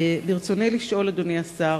ברצוני לשאול, אדוני השר: